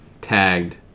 tagged